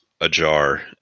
ajar